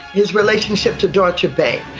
his relationship to deutsche bank,